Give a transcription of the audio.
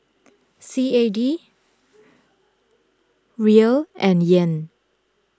C A D Riel and Yen